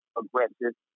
aggressive